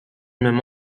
même